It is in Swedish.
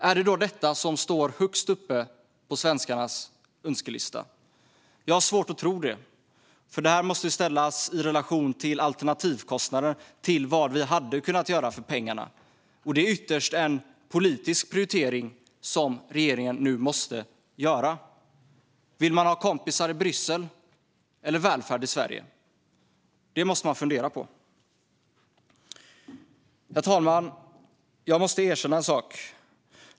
Är det vad som står längst upp på svenskarnas önskelista? Jag har svårt att tro det. Det måste nämligen sättas i relation till alternativkostnaden, till vad vi hade kunnat göra för pengarna. Det är ytterst en politisk prioritering som regeringen måste göra. Vill man ha kompisar i Bryssel eller välfärd i Sverige? Det måste man fundera på. Herr talman! Jag måste erkänna en sak.